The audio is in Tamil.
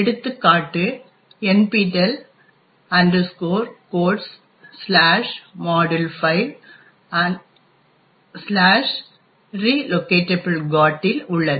எடுத்துக்காட்டு nptel codes module5 relocgot இல் உள்ளது